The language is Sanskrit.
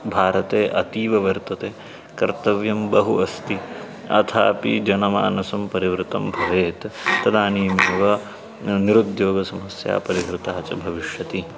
भारते अतीव वर्तते कर्तव्यं बहु अस्ति अथापि जनमानसं परिवृतं भवेत् तदानीमेव निरुद्योगसमस्या परिहृता च भविष्यति